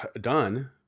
done